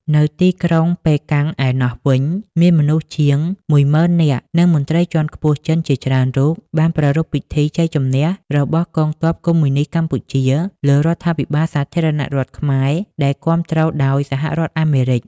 នៅទីក្រុងប៉េកាំងឯណោះវិញ មានមនុស្សជាង ១ ម៉ឺននាក់ និងមន្ត្រីជាន់ខ្ពស់ចិនជាច្រើនរូបបានប្រារព្ធពិធីជ័យជម្នះរបស់កងទ័ពកុម្មុយនីស្តកម្ពុជាលើរដ្ឋាភិបាលសាធារណរដ្ឋខ្មែរដែលគាំទ្រដោយសហរដ្ឋអាមេរិក។